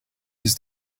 his